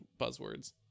buzzwords